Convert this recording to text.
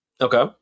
Okay